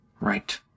Right